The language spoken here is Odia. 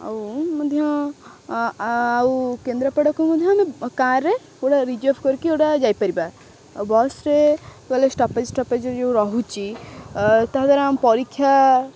ଆଉ ମଧ୍ୟ ଆଉ କେନ୍ଦ୍ରାପଡ଼ାକୁ ମଧ୍ୟ ଆମେ କାର୍ରେ ପୁରା ରିଜର୍ଭ କରିକି ଗୋଟା ଯାଇପାରିବା ଆଉ ବସ୍ରେ ଗଲେ ଷ୍ଟପେଜ ଷ୍ଟପେଜ ଯେଉଁ ରହୁଛି ତା ଦ୍ଵାରା ଆମ ପରୀକ୍ଷା